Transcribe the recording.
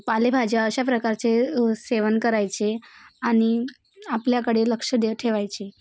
पालेभाज्या अशा प्रकारचे सेवन करायचे आणि आपल्याकडे लक्ष दे ठेवायचे